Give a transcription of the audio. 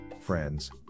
friends